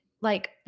like-